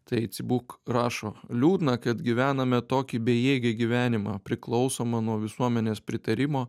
tai tsibuk rašo liūdna kad gyvename tokį bejėgį gyvenimą priklausomą nuo visuomenės pritarimo